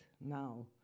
now